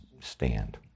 stand